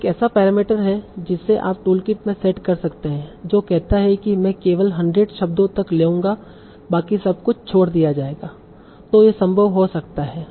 तो एक ऐसा पैरामीटर है जिसे आप टूलकिट में सेट कर सकते हैं जो कहता है कि मैं केवल 100 शब्दों तक लेऊंगा बाकी सब कुछ छोड़ दिया जाएगा तों यह संभव हो सकता है